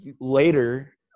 later